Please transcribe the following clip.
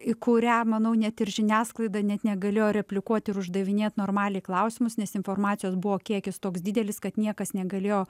į kurią manau net ir žiniasklaida net negalėjo replikuot ir uždavinėt normaliai klausimus nes informacijos buvo kiekis toks didelis kad niekas negalėjo